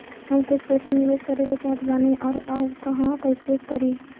हम कुछ पइसा निवेश करे के चाहत बानी और कहाँअउर कइसे करी?